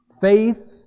Faith